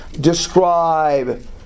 describe